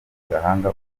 gahanga